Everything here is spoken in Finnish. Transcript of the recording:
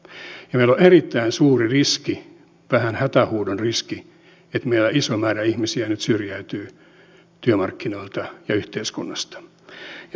ja meillä on erittäin suuri riski vähän hätähuudon riski että meillä iso määrä ihmisiä nyt syrjäytyy työmarkkinoilta ja yhteiskunnasta